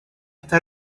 está